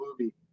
movie